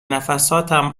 نفساتم